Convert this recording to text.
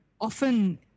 often